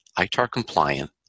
ITAR-compliant